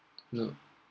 no